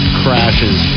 crashes